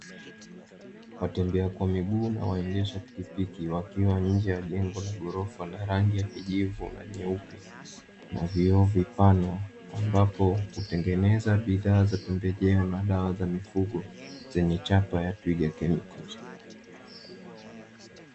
Watembea kwa miguu na waendesha pikipiki wakiwa nje ya jengo la ghorofa la rangi ya kijivu na nyeupe na vioo vipana ambapo hutengeneza bidhaa za pembejeo na dawa za mifugo zenye chapa ya "Twiga Chemicals".